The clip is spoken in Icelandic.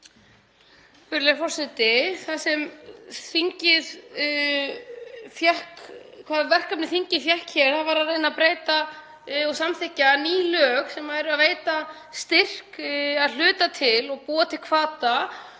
Verkefnið sem þingið fékk hér var að reyna að breyta og samþykkja ný lög sem væru að veita styrk að hluta til og búa til hvata.